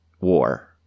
war